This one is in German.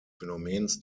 phänomens